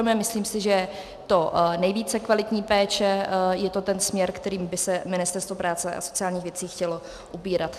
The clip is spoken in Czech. Myslím si, že to je nejvíce kvalitní péče, je to ten směr, kterým by se Ministerstvo práce a sociálních věcí chtělo ubírat.